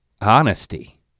honesty